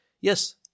Yes